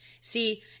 See